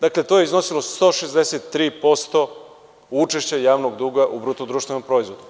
Dakle, to je iznosilo 163% učešća javnog duga u BDP.